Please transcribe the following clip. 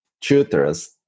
tutors